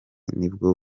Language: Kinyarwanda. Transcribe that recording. nibwo